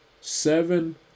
seven